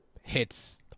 hits